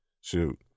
Shoot